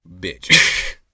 Bitch